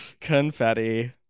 Confetti